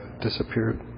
disappeared